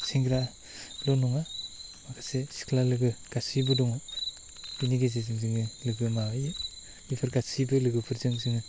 सेंग्राल' नङा माखासे सिख्ला लोगो गासैबो दङ बिनि गेजेरजों जों लोगो माबायो बेफोर गासैबो लोगोफोरजों जोङो